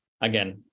again